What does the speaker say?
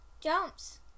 Jumps